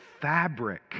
fabric